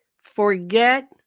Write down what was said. Forget